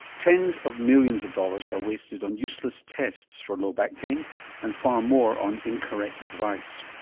tens of millions of dollars are wasted on useless tests for low back pain and far more on incorrect advice.